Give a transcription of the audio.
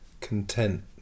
content